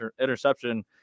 interception